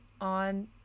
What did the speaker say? on